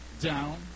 down